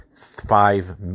five